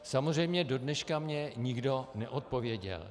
Samozřejmě, dodneška mně nikdo neodpověděl.